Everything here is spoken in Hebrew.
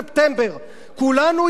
כולנו הצבענו על העניין.